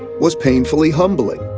was painfully humbling.